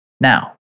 now